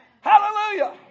Hallelujah